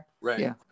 Right